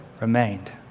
remained